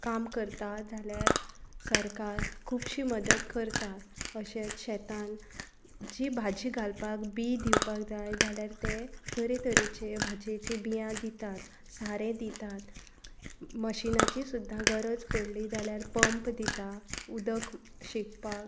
काम करता जाल्यार सरकार खुबशीं मदत करतां अशेंच शेतांन जी भाजी घालपाक बी दिवपाक जाय जाल्यार ते तरे तरेचे भाजयेचे बियां दितात सारें दितात मशिनाची सुद्दां गरज पडली जाल्यार पंप दितां उदक शिपपाक